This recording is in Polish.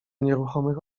nieruchomych